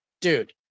dude